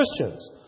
Christians